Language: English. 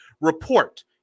report